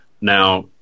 Now